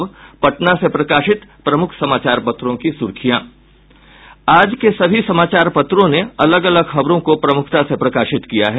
अब पटना से प्रकाशित प्रमुख समाचार पत्रों की सुर्खियां आज के सभी समाचार पत्रों ने अलग अलग खबरों को प्रमुखता से प्रकाशित किया है